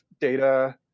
data